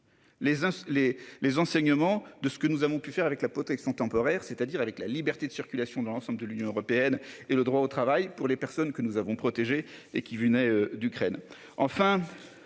les enseignements de ce que nous avons pu faire avec la protection temporaire, c'est-à-dire avec la liberté de circulation dans l'ensemble de l'Union européenne et le droit au travail pour les personnes que nous avons protégé et qui venait d'Ukraine.